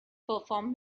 perform